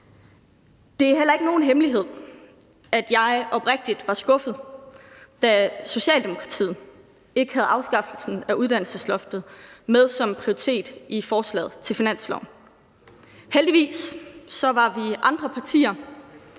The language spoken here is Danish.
Det er heller ikke nogen hemmelighed, at jeg var oprigtigt skuffet, da Socialdemokratiet ikke havde afskaffelsen af uddannelsesloftet med som prioritet i forslaget til finanslov. Heldigvis var vi nogle partier,